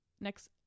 next